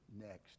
next